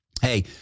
Hey